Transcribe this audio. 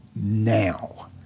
now